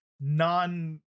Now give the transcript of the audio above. non